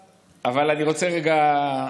אבל אני רוצה באמת לחזור רגע.